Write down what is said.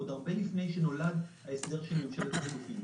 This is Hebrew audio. עוד הרבה לפני שנולד ההסדר של ממשלת חילופים.